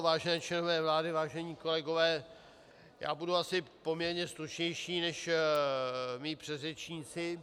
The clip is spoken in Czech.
Vážené členové vlády, vážení kolegové, já budu asi poměrně stručnější než mí předřečníci.